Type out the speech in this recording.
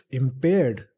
impaired